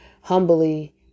humbly